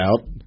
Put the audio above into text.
out